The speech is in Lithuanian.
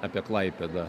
apie klaipėdą